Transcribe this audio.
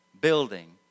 building